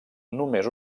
només